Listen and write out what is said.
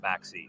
backseat